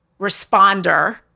responder